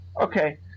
Okay